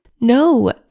No